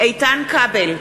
איתן כבל,